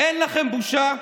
אין לכם בושה?